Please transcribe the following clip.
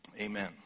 Amen